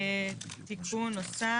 תיקון נוסף